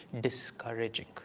discouraging